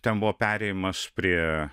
ten buvo perėjimas prie